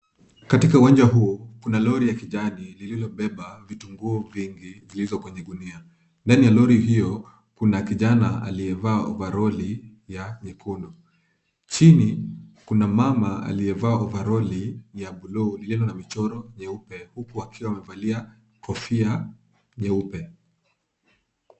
Katika uwanja huu, kuna lori ya kijani lililobeba vitunguu vingi zilizo kwenye gunia. Ndani ya lori hiyo, kuna kijana aliyevaa ovaroli ya nyekundu. Chini, kuna mama aliyevaa ovaroli ya buluu lililo na michoro nyeupe, huku akiwa amevalia kofia nyeupe.